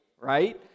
right